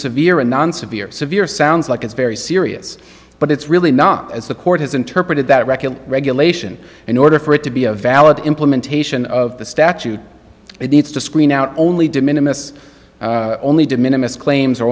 severe and non severe severe sounds like it's very serious but it's really not as the court has interpreted that regular regulation in order for it to be a valid implementation of the statute it needs to screen out only de minimus only de minimus claims are